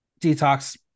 detox